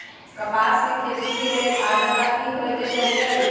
कपास के खेती के लेल अद्रता की होए के चहिऐई?